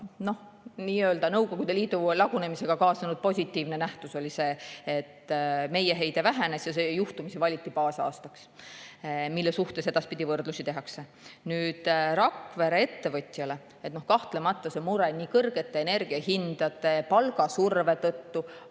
Nõukogude Liidu lagunemisega kaasnenud positiivne nähtus oli see, et meie heide vähenes. Juhtumisi valiti see baasaastaks, mille suhtes edaspidi võrdlusi tehakse. Rakvere ettevõtjal on kahtlemata mure nii kõrgete energiahindade kui ka palgasurve tõttu,